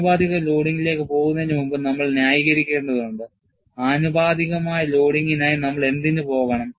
ആനുപാതിക ലോഡിംഗിലേക്ക് പോകുന്നതിനുമുമ്പ് നമ്മൾ ന്യായീകരിക്കേണ്ടതുണ്ട് ആനുപാതികമായ ലോഡിംഗിനായി നമ്മൾ എന്തിന് പോകണം